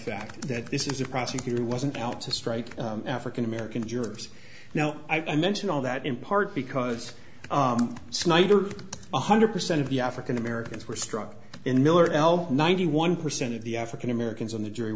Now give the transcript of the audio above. fact that this is a prosecutor who wasn't out to strike african american jurors now i mention all that in part because snyder one hundred percent of the african americans were struck in miller l ninety one percent of the african americans on the jury